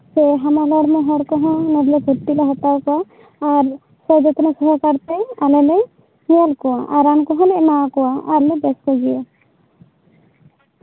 ᱥᱮ ᱦᱟᱱᱟ ᱱᱟᱣᱟ ᱦᱚᱲ ᱠᱚᱦᱚᱸ ᱱᱚᱰᱮ ᱵᱷᱚᱛᱛᱤᱞᱮ ᱦᱟᱛᱟᱣ ᱠᱚᱣᱟ ᱟᱨ ᱡᱚᱛᱱᱚ ᱥᱚᱦᱚᱠᱟᱨᱛᱮ ᱟᱨ ᱟᱞᱮᱞᱮ ᱧᱮᱞ ᱠᱚᱣᱟ ᱟᱨ ᱨᱟᱱ ᱠᱚᱦᱚᱸᱞᱮ ᱮᱢᱟ ᱠᱚᱜᱮᱭᱟ ᱟᱨᱞᱮ ᱵᱮᱥ ᱠᱚᱜᱮᱭᱟ